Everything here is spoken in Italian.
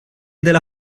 della